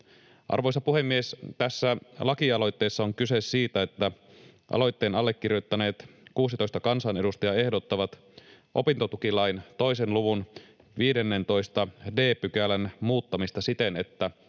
Arvoisa puhemies! Tässä lakialoitteessa on kyse siitä, että aloitteen allekirjoittaneet 16 kansanedustajaa ehdottavat opintotukilain 2 luvun 15 d §:n muuttamista siten, että